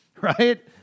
right